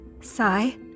Sigh